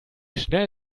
schnell